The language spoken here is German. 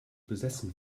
besessen